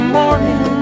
morning